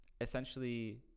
essentially